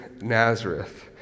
Nazareth